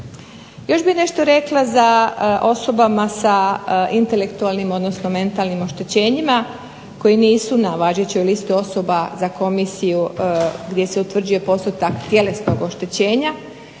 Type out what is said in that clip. Još bih nešto rekla za osobama sa intelektualnim, odnosno mentalnim oštećenjima koji nisu na važećoj listi osoba za komisiju gdje se utvrđuje postotak tjelesnog oštećenja